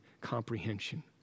comprehension